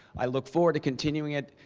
i look forward to continuing it.